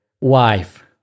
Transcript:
wife